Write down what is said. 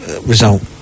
result